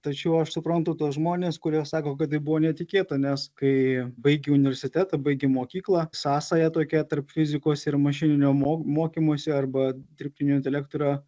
tačiau aš suprantu tuos žmones kurie sako kad tai buvo netikėta nes kai baigi universitetą baigi mokyklą sąsaja tokia tarp fizikos ir mašininio mo mokymosi arba dirbtinio intelekto yra